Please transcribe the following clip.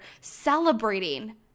celebrating